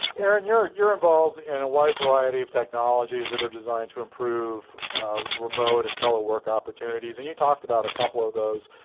aaron, you're you're involved in a wide variety of technologies that are designed to improve remote and telework opportunities, and you talked about a couple of those.